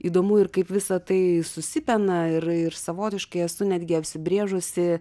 įdomu ir kaip visa tai susipina ir ir savotiškai esu netgi apsibrėžusi